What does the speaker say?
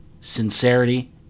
sincerity